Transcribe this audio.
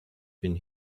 been